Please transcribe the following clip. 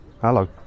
hello